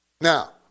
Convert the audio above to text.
Now